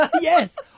Yes